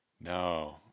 no